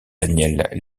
daniel